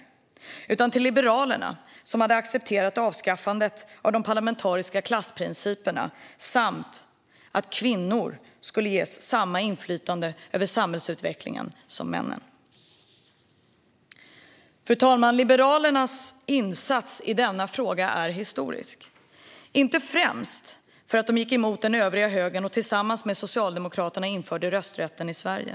Det riktade sig till liberalerna som hade accepterat avskaffandet av de parlamentariska klassprinciperna samt att kvinnor skulle ges samma inflytande över samhällsutvecklingen som männen. Fru talman! Liberalernas insats i denna fråga är historisk. Det är den inte främst för att de gick emot den övriga högern och tillsammans med Socialdemokraterna införde rösträtten i Sverige.